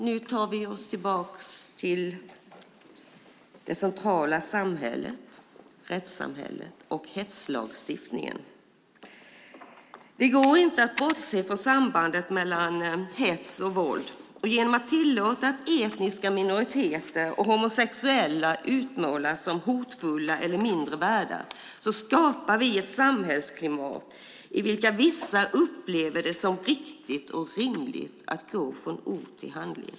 Vi tar oss tillbaka till det centrala rättssamhället och hetslagstiftningen. Det går inte att bortse från sambandet mellan hets och våld. Genom att tillåta att etniska minoriteter och homosexuella utmålas som hotfulla eller mindre värda skapar vi ett samhällsklimat i vilket vissa upplever det som riktigt och rimligt att gå från ord till handling.